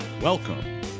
Welcome